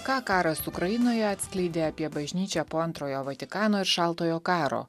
ką karas ukrainoje atskleidė apie bažnyčią po antrojo vatikano ir šaltojo karo